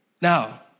Now